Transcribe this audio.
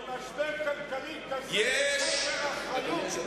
במשבר כלכלי קשה זה חוסר אחריות.